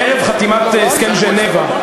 ערב חתימת הסכם ז'נבה,